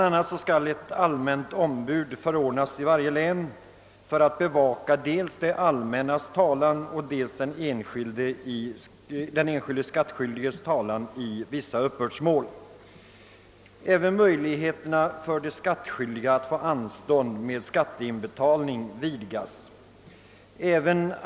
a. skall ett allmänt om bud förordnas i varje län för att bevaka dels det allmännas talan, dels den enskilde skattskyldiges talan i vissa uppbördsmål. Även möjligheterna för de skattskyldiga att få anstånd med skatteinbetalning föreslås bli vidgade.